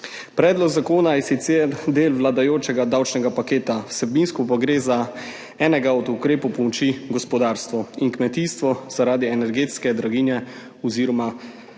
Predlog zakona je sicer del vladajočega davčnega paketa, vsebinsko pa gre za enega od ukrepov pomoči gospodarstvu in kmetijstvu zaradi energetske draginje oziroma